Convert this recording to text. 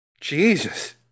Jesus